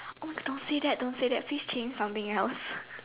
oh my god don't say that don't say that please change something else